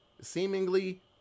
seemingly